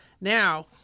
now